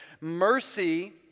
Mercy